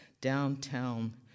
downtown